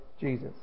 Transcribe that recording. Jesus